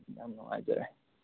ꯌꯥꯝ ꯅꯨꯡꯉꯥꯏꯖꯔꯦ